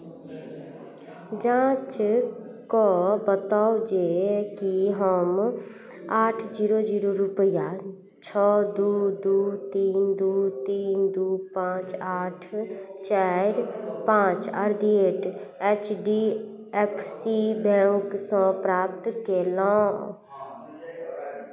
जाँच कऽ बताउ जेकि हम आठ जीरो जीरो रुपैआ छओ दू दू तीन दू तीन दू पाँच आठ चारि पाँच at the rate H D F C बैंकसँ प्राप्त कयलहुँ